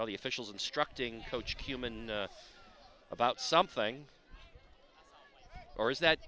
all the officials instructing coach human about something or is that